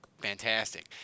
Fantastic